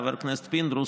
חבר הכנסת פינדרוס,